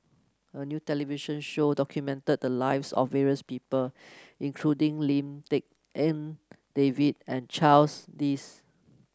a new television show documented the lives of various people including Lim Tik En David and Charles Dyce